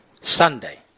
Sunday